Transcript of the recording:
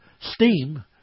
steam